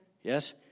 Yes